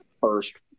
first